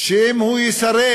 שאם הוא יסרב